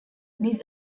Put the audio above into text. this